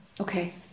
Okay